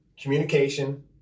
Communication